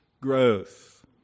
growth